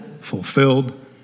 fulfilled